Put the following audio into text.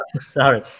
Sorry